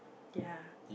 ya